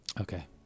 Okay